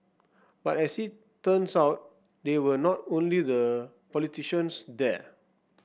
but as it turns out they were not the only politicians there